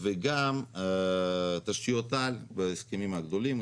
וגם תשתיות על בהסכמים הגדולים,